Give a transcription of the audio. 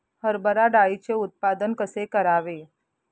हरभरा डाळीचे उत्पादन कसे करावे?